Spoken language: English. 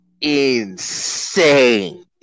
insane